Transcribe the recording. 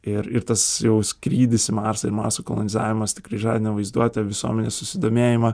ir ir tas jau skrydis į marsą ir marso kolonizavimas tikrai žadina vaizduotę visuomenės susidomėjimą